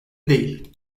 değil